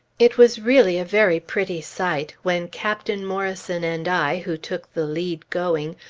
it was really a very pretty sight, when captain morrison and i, who took the lead going,